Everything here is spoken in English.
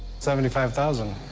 seventy five thousand